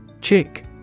Chick